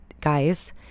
guys